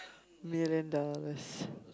million dollars